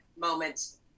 moments